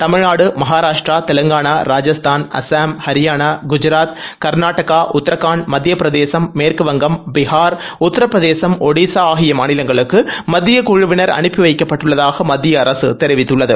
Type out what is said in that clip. தமிழ்நாடு மகராஷ்டிரா தெலங்கானா ராஜஸ்தான் அஸ்ஸாம் ஹரியானா குஜராத் காநாடகா உத்ரகாண்ட் மத்திய பிரதேசம் மேற்குவங்கம் பீகார் உத்திபிரதேசம் ஒடிஸா ஆகிய மாநிலங்களுக்கு மத்திய குழுவினா அனுப்பி வைக்கப்பட்டுள்ளதாக மத்திய அரசு தெரிவித்துள்ளது